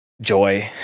joy